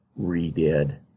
redid